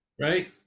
right